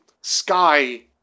Sky